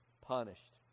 punished